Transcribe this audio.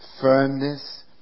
firmness